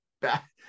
back